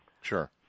Sure